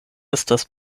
estas